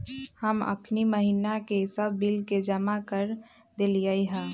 हम अखनी महिना के सभ बिल के जमा कऽ देलियइ ह